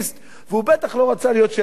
והוא בטח לא רצה להיות שלי יחימוביץ.